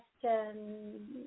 question